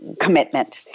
commitment